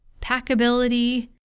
packability